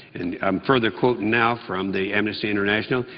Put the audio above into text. and i'm further quoting now from the amnesty international.